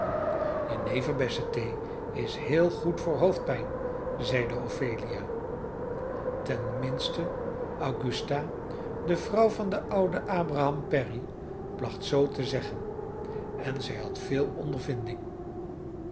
is heel goed voor hoofdpijn zeide ophelia tenminste augusta de vrouw van den ouden abraham perry placht zoo te zeggen en zij had veel ondervinding